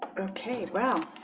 okay, wow,